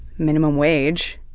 minimum wage,